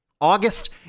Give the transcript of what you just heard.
August